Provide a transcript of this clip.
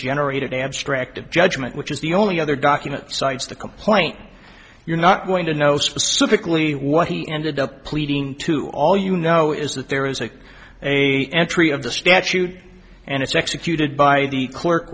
generated abstract of judgment which is the only other document cites the complaint you're not going to know specifically what he ended up pleading to all you know is that there is a a entry of the statute and it's executed by the clerk